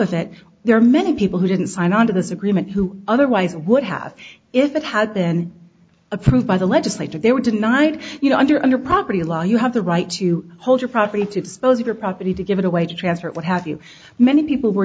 of that there are many people who didn't sign on to this agreement who otherwise would have if it had been approved by the legislature they were tonight you know under under property law you have the right to hold your property to dispose of your property to give it away to transport what have you many people were